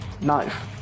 knife